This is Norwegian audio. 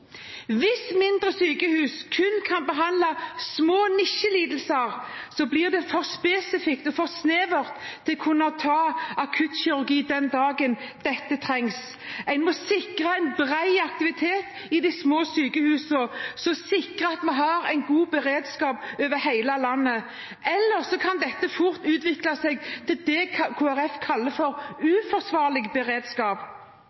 Hvis mindre sykehus kun kan behandle små nisjelidelser, blir det for spesifikt og for snevert til å kunne ta akuttkirurgi den dagen dette trengs. En må sikre bred aktivitet i de små sykehusene, som sikrer at vi har en god beredskap over hele landet. Ellers kan dette fort utvikle seg til det Kristelig Folkeparti kaller